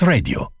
Radio